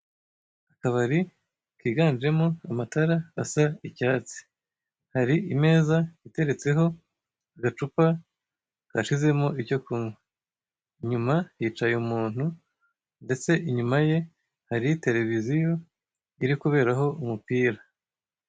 Akabari kiganiemo amatara asa icyatsi. Hari imeza iteretseho agacupa kashizemo icyo kunywa. Inyuma hicaye umuntu, ndetse inyuma ye hari televiziyo iri kuberaho umupira.